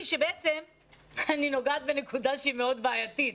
שבעצם אני נוגעת בנקודה שהיא מאוד בעייתית,